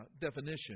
definition